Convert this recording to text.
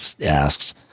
asks